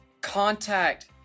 contact